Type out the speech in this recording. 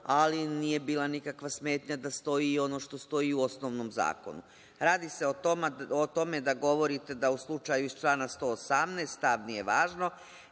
ali nije bila nikakva smetnja da stoji ono što stoji u osnovnom zakonu. Radi se o tome da govorite da u slučaju iz člana 118. stav nije važno,